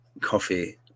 coffee